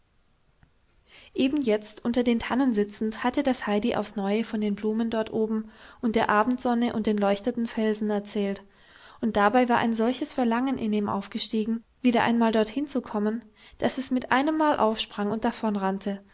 eben jetzt unter den tannen sitzend hatte das heidi aufs neue von den blumen dort oben und der abendsonne und den leuchtenden felsen erzählt und dabei war ein solches verlangen in ihm aufgestiegen wieder einmal dorthin zu kommen daß es mit einemmal aufsprang und